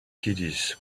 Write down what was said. caddies